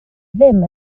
ddim